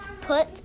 put